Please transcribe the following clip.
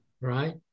Right